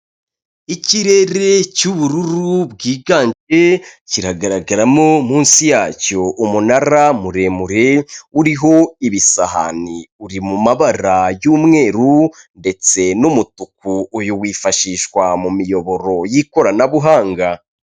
Ikirere cy'ubururu bwiganje kiragaragaramo munsi yacyo umunara muremure, uriho ibisahani uri mu mabara y'umweru ndetse n'umutuku uyu wifashishwa mu miyoboro y'ikoranabuhanga.